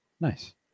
Nice